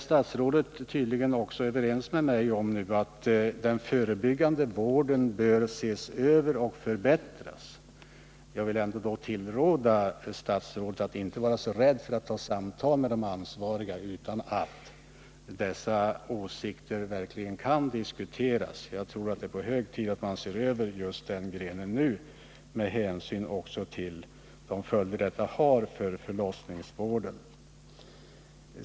Statsrådet är tydligen överens med mig om att den förebyggande vården bör ses över och förbättras. Jag vill i det sammanhanget råda statsrådet att inte vara så rädd för att ta ett samtal med de ansvariga utan arbeta för att de här åsikterna diskuteras. Jag tror att det är hög tid att se över just den här delen av vården med hänsyn till den betydelse den har för förlossningsvården.